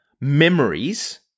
memories